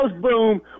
boom